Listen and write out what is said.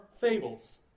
fables